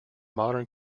modern